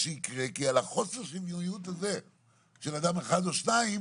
שיקרה כי על חוסר השוויוניות הזה של אדם אחד או שניים